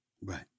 Right